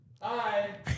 Hi